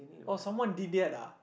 oh someone did that lah